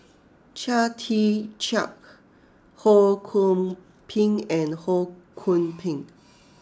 Chia Tee Chiak Ho Kwon Ping and Ho Kwon Ping